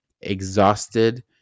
exhausted